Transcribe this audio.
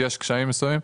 ויש קשיים מסוימים.